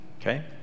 Okay